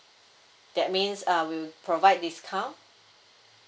that means uh we'll provide discount